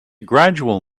gradual